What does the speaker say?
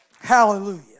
Hallelujah